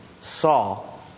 Saul